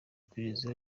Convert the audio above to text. iperereza